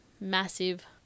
massive